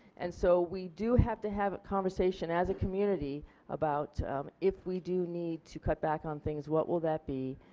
and so we do have to have a conversation as a community about if we do need to cut back on things what will that be?